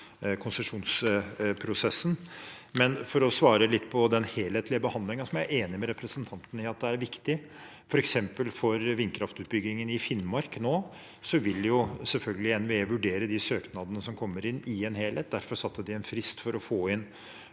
litt på spørsmålet om den helhetlige behandlingen, som jeg er enig med representanten i at er viktig, vil det f.eks. for vindkraftutbyggingen i Finnmark nå være slik at NVE selvfølgelig vil vurdere de søknadene som kommer inn, i en helhet. Derfor satte de en frist for å få inn